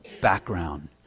background